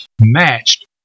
matched